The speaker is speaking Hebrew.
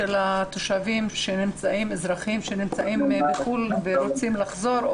לגבי אזרחים שנמצאים בחו"ל ורוצים לחזור,